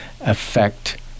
affect